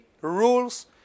rules